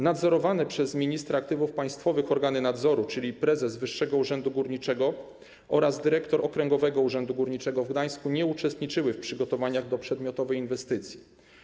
Nadzorowane przez ministra aktywów państwowych organy nadzoru, czyli prezes Wyższego Urzędu Górniczego oraz dyrektor Okręgowego Urzędu Górniczego w Gdańsku, nie uczestniczyły w przygotowaniach do przedmiotowej inwestycji.